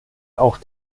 auch